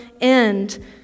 end